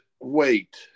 Wait